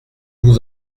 vous